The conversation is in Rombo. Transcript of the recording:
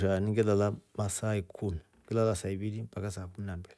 Shaani ngelala masaa ikumi ngelala saa ivili mpaka saa kumi na mbili.